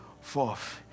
forth